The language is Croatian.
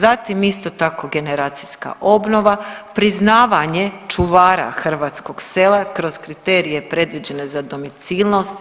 Zatim isto tako generacijska obnova, priznavanje čuvara hrvatskog sela kroz kriterije predviđene za domicilnost,